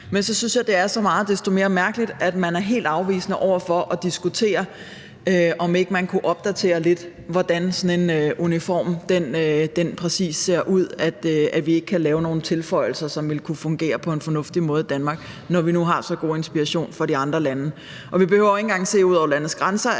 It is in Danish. jeg, det er så meget desto mere mærkeligt, at man er helt afvisende over for at diskutere, om man ikke kunne opdatere, hvordan sådan en uniform præcis skal se ud, og tilføje noget, som ville kunne fungere på en fornuftig måde i Danmark, når vi nu har så god inspiration fra andre lande. Vi behøver jo ikke engang at se ud over landets grænser.